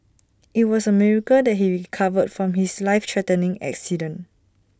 IT was A miracle that he recovered from his life threatening accident